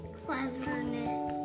cleverness